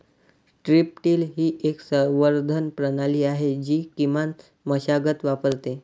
strip till ही एक संवर्धन प्रणाली आहे जी किमान मशागत वापरते